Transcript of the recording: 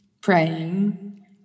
praying